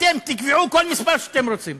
אתם תקבעו כל מספר שאתם רוצים,